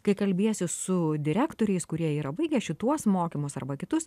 kai kalbiesi su direktoriais kurie yra baigę šituos mokymus arba kitus